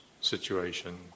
situation